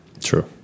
True